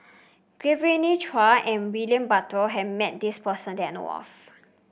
Genevieve Chua and William Butter has met this person that I know of